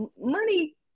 money